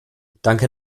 danke